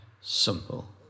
simple